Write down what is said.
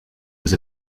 was